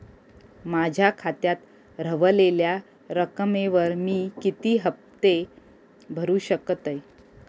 माझ्या खात्यात रव्हलेल्या रकमेवर मी किती हफ्ते भरू शकतय?